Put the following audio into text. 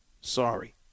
Sorry